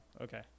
okay